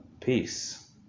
Peace